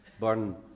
burn